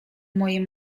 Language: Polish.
moje